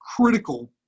critical